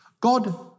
God